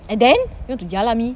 and then you want to ya lah me